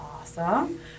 Awesome